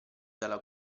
dalla